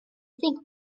think